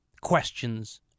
questions